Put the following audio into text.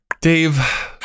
Dave